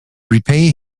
repay